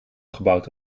gebouwd